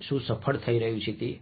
શું સફળ થઈ રહ્યું છે શું નથી